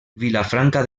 vilafranca